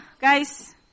guys